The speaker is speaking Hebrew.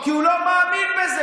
כי הוא לא מאמין בזה.